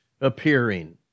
appearing